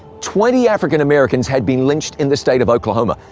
twenty african-americans had been lynched in the state of oklahoma,